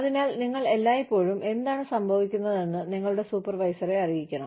അതിനാൽ നിങ്ങൾ എല്ലായ്പ്പോഴും എന്താണ് സംഭവിക്കുന്നതെന്ന് നിങ്ങളുടെ സൂപ്പർവൈസറെ അറിയിക്കണം